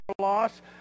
loss